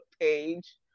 page